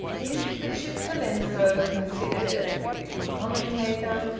is bishop colenso, considered as a biblical commentator,